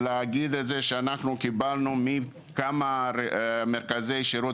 להגיד שאנחנו קיבלנו מכמה מרכזי שירות